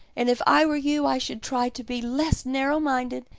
and if i were you i should try to be less narrow-minded.